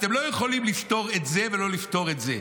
אתם לא יכולים לפתור את זה ולא לפתור את זה.